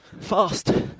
fast